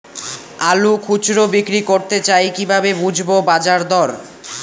আলু খুচরো বিক্রি করতে চাই কিভাবে বুঝবো বাজার দর?